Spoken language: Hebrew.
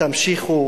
תמשיכו